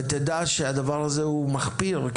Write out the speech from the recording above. ותדע שהדבר הזה הוא מחפיר.